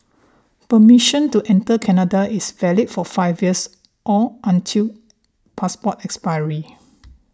permission to enter Canada is valid for five years or until passport expiry